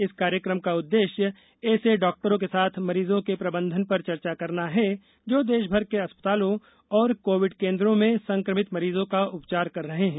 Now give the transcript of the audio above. इस कार्यक्रम का उद्देश्य ऐसे डॉक्टरो के साथ मरीजों के प्रबंधन पर चर्चा करना है जो देशभर के अस्पतालों और कोविड केन्द्रों में संक्रमित मरीजों का उपचार कर रहे हैं